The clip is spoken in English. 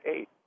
eight